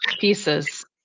pieces